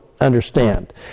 understand